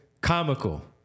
comical